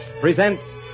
presents